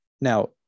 now